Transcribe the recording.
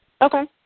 Okay